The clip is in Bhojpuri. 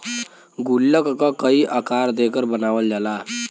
गुल्लक क कई आकार देकर बनावल जाला